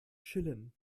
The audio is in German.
chillen